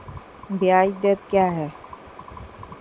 ब्याज दर क्या है?